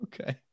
Okay